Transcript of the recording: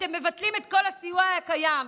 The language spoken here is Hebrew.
אתם מבטלים את כל הסיוע הקיים.